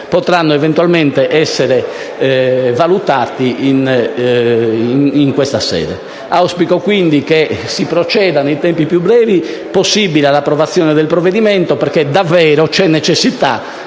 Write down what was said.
potranno eventualmente essere valutati in questa sede. Auspico quindi che si proceda nel più breve tempo possibile all'approvazione del provvedimento, perché c'è davvero necessità